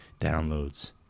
downloads